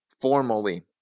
formally